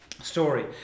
story